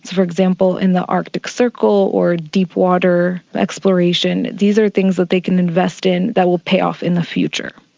for example, in the arctic circle or deepwater exploration, these are things that they can invest in that will pay off in the future.